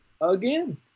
again